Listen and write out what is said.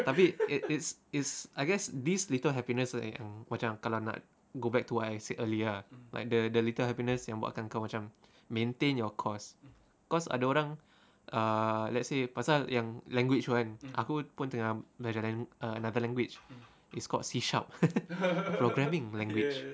tapi i~ it's it's I guess this little happiness macam kalau nak go back to what I said earlier like the little happiness buat kau macam maintain your course cause ada orang let's say pasal yang language [one] aku pun tengah another language is called C sharp programming language